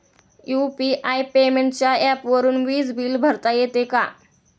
UPI पेमेंटच्या ऍपवरुन वीज बिल भरता येते का?